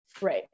Right